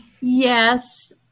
Yes